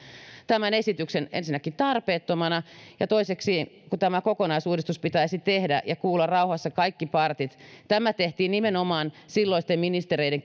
tämän esityksen tarpeettomana ja toiseksi pitäisi tehdä tämä kokonaisuudistus ja kuulla rauhassa kaikki partit tämä tehtiin nimenomaan silloisten ministereiden